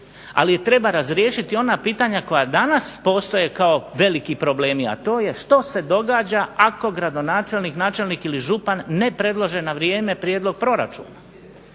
ali i treba razriješiti ona pitanja koja danas postoje kao veliki problemi, a to je što se događa ako gradonačelnik, načelnik ili župan ne predlože na vrijeme prijedlog proračuna.